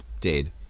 dead